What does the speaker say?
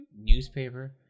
newspaper